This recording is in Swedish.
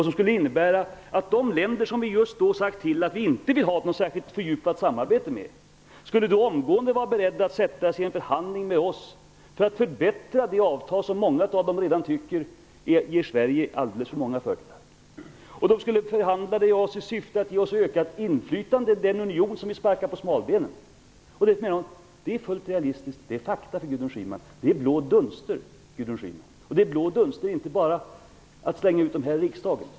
Detta skulle innebära att de länder som vi just då hade sagt till att vi inte vill ha något särskilt fördjupat samarbete med omgående skulle vara beredda att sätta sig i en förhandling med oss för att förbättra det avtal som flera av dem redan tycker ger Sverige alldeles för många fördelar. De skulle förhandla med oss i syfte att ge oss ett ökat inflytande i den union som vi sparkar på smalbenen. Gudrun Schyman menar att detta är realistiskt. Det är fakta för henne. Att slänga ur sig detta här i riksdagen är att slå blå dunster i ögonen på folket, Gudrun Schyman.